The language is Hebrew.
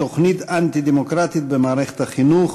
תוכנית אנטי-דמוקרטית במערכת החינוך.